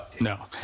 no